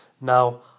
Now